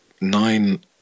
nine